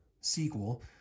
sequel